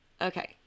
okay